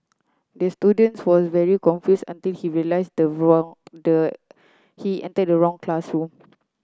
the student was very confuse until he realise the wrong the he enter the wrong classroom